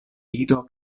ido